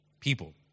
people